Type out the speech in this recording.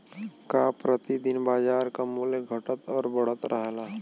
का प्रति दिन बाजार क मूल्य घटत और बढ़त रहेला?